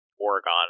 Oregon